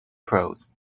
prose